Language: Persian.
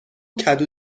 کدو